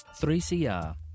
3CR